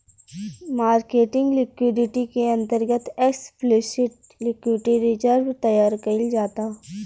marketing liquidity के अंतर्गत explicit liquidity reserve तैयार कईल जाता